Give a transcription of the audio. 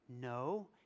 No